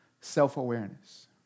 self-awareness